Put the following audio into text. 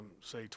say